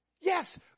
Yes